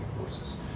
forces